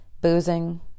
Boozing